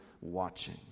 watching